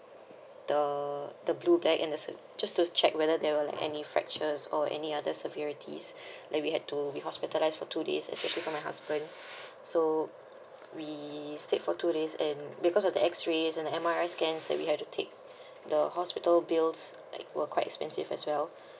the the blue black and it's just do check whether there were like any factures or any other severities like we had to be hospitalised for two days especially for my husband so we stayed for two days and because of the X rays and the M_R_I scan that we had to take the hospital bills like were quite expensive as well